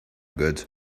good